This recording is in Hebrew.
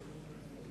מצביע אמנון כהן,